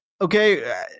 Okay